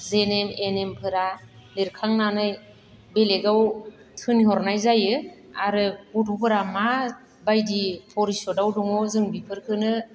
G N M A N M फोरा लिरखांनानै बेलेगआव थोनहरनाय जायो आरो गथ'फोरा माबायदि फरिशदाव दङ जों बिफोरखोनो